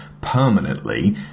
permanently